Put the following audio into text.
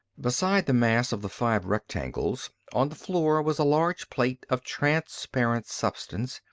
beside the mass of the five rectangles, on the floor, was a large plate of transparent substance,